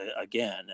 again